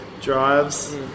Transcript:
drives